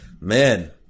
man